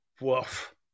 woof